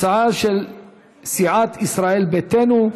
הצעה של סיעת ישראל ביתנו.